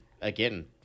again